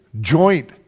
joint